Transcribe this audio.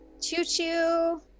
choo-choo